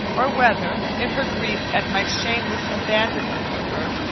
or whether, in her grief at my shameless abandonment of her,